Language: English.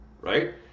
right